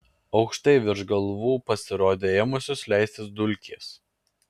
aukštai virš galvų pasirodė ėmusios leistis dulkės